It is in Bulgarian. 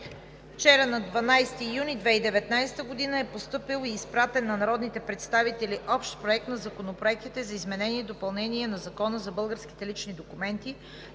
Вчера, на 12 юни 2019 г., е постъпил и изпратен на народните представители Общ проект на законопроектите за изменение и допълнение на Закона за българските лични документи,